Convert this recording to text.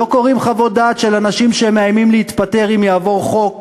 לא קוראים חוות דעת של אנשים שמאיימים להתפטר אם יעבור חוק,